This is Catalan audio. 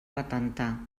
patentar